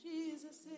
Jesus